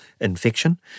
infection